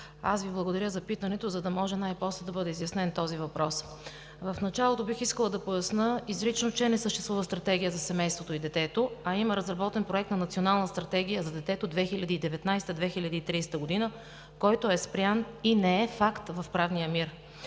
Шопов, благодаря Ви за питането, за да може най-после да бъде изяснен този въпрос. В началото бих искала да поясня изрично, че не съществува Стратегия за семейството и детето, а има разработен Проект на Национална стратегия за детето 2019 – 2030 г., който е спрян и не е факт в правния мир.